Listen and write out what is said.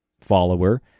follower